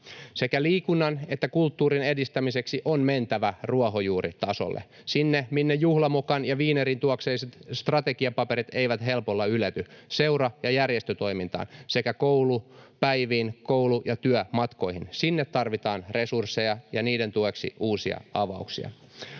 Sekä liikunnan että kulttuurin edistämiseksi on mentävä ruohonjuuritasolle, sinne, minne Juhla Mokan ja viinerin tuoksuiset strategiapaperit eivät helpolla ylety, seura‑ ja järjestötoimintaan sekä koulupäiviin, koulu‑ ja työmatkoihin. Sinne tarvitaan resursseja ja niiden tueksi uusia avauksia.